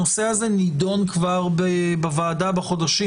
הנושא הזה כבר נדון בוועדה בחודשים